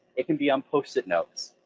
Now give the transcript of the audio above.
it can be on post-it notes,